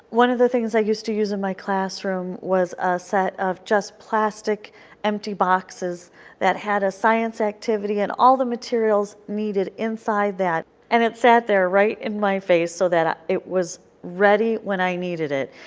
one of the things i used to use in my classroom was a set of just plastic empty boxes that had a science activity and all the materials needed inside that. and it sat there right in my face so it was ready when i needed it.